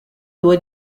due